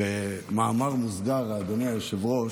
במאמר מוסגר, אדוני היושב-ראש,